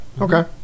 Okay